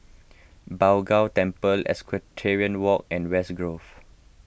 Bao Gong Temple Equestrian Walk and West Grove